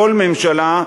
כל ממשלה,